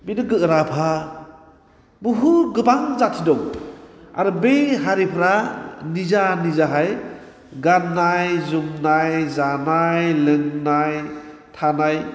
राभा बुहुथ गोबां जाथि दं आरो बै हारिफ्रा निजा निजाहाय गानन्नाय जोमनाय जानाय लोंनाय थानाय